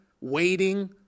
waiting